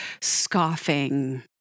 scoffing